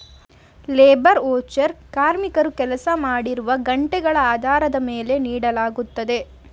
labour voucher ಕಾರ್ಮಿಕರು ಕೆಲಸ ಮಾಡಿರುವ ಗಂಟೆಗಳ ಆಧಾರದ ಮೇಲೆ ನೀಡಲಾಗುತ್ತದೆ